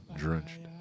drenched